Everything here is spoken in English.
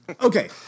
Okay